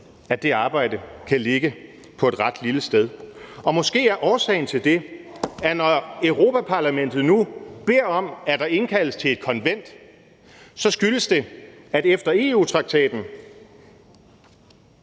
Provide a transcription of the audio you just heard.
at det arbejde kan ligge på et ret lille sted. Og måske er årsagen til det, at når Europa-Parlamentet nu beder om, at der indkaldes til et konvent, så skyldes det, at efter EU-traktatens